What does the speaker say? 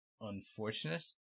unfortunate